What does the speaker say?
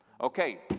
okay